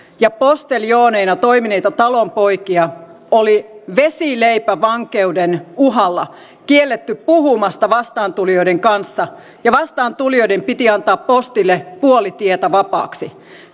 ja posteljooneina toimineita talonpoikia oli vesileipävankeuden uhalla kielletty puhumasta vastaantulijoiden kanssa ja vastaantulijoiden piti antaa postille puoli tietä vapaaksi